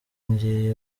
ngiye